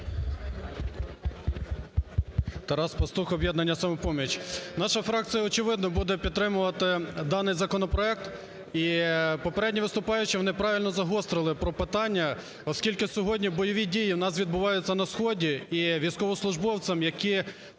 Тарас Пастух, об'єднання "Самопоміч". Наша фракція, очевидно, буде підтримувати даний законопроект. І попередні виступаючі, вони правильно загострили про питання, оскільки сьогодні бойові дії в нас відбуваються на сході, і військовослужбовцям, які проживають